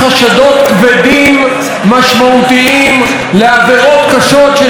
משמעותיים, לעבירות קשות שנעשו על ידי ראש הממשלה.